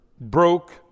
broke